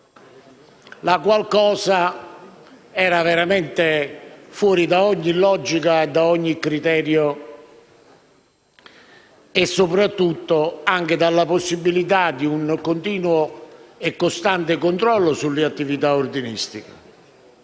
la qual cosa era veramente fuori da ogni logica e ogni criterio e - soprattutto - senza la possibilità di un continuo e costante controllo sulle attività degli ordinisti.